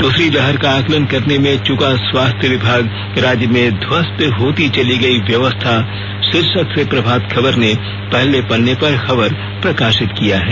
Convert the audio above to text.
दूसरी लहर का आकलन करने में चूका स्वास्थ्य विभाग राज्य में ध्वस्त होती चली गई व्यवस्था शीर्षक से प्रभात खबर ने पहले पन्ने पर खबर प्रकाशित किया है